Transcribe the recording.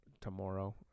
tomorrow